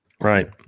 right